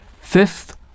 Fifth